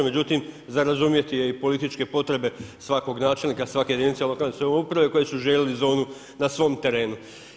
Međutim, za razumjeti je i političke potrebe svakog načelnika svake jedinice lokalne samouprave koji su želili zonu na svom terenu.